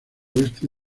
oeste